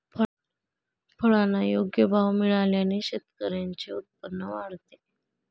फळांना योग्य भाव मिळाल्याने शेतकऱ्यांचे उत्पन्न वाढते